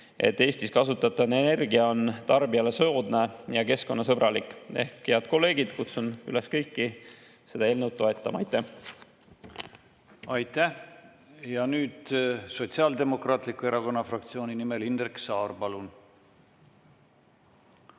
et Eestis kasutatav energia on tarbijale soodne ja keskkonnasõbralik. Head kolleegid, kutsun kõiki üles seda eelnõu toetama. Aitäh! Aitäh! Sotsiaaldemokraatliku Erakonna fraktsiooni nimel Indrek Saar, palun!